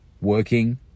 working